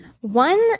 one